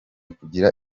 kugira